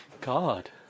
god